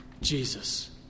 Jesus